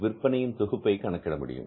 விற்பனையின் தொகுப்பை கணக்கிட முடியும்